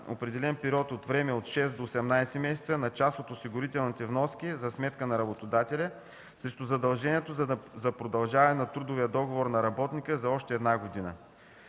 определен период от време от 6 до 18 месеца на част от осигурителните вноски за сметка на работодателя срещу задължението за продължаване на трудовия договор на работника за още една година.